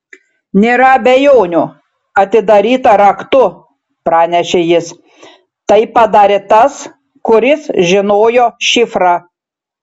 nėra abejonių atidaryta raktu pranešė jis tai padarė tas kuris žinojo šifrą